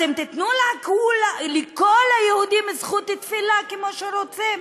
אתם תיתנו לכל היהודים זכות תפילה כמו שרוצים,